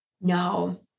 No